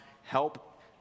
help